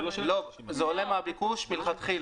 לא, זה עולה מהביקוש מלכתחילה.